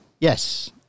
Yes